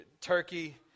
turkey